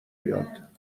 بیاد